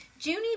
Junie